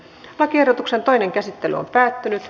lakiehdotuksen toinen käsittely päättyi